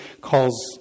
calls